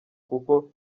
kuko